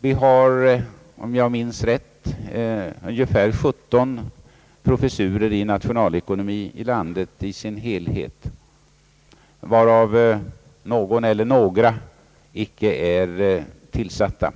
Det finns — om jag minns rätt — ungefär 17 professurer i nationalekonomi i landet i sin helhet, av vilka någon eller några icke är tillsatta.